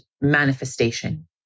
manifestation